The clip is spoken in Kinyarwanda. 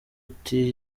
uti